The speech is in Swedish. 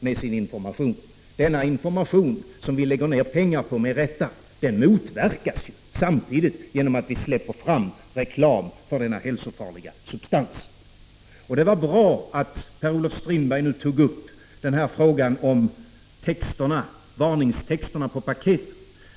Den information som vi med rätta lägger ner pengar på motverkas samtidigt genom att vi släpper fram reklam för denna hälsofarliga substans. Det var bra att Per-Olof Strindberg nu tog upp frågan om varningstexterna på paketen.